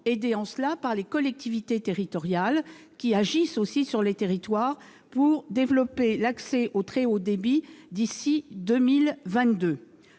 aidé en cela par les collectivités territoriales, qui agissent aussi dans les territoires pour développer l'accès au très haut débit d'ici à 2022.